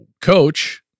coach